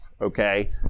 Okay